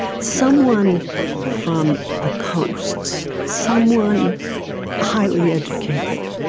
someone from the coasts, someone highly educated,